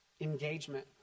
engagement